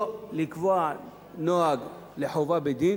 לא לקבוע נוהג לחובה בדין,